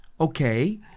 okay